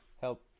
Help